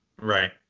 Right